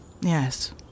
Yes